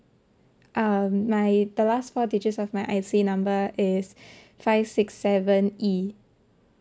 um my the last four digits of my I_C number is five six seven E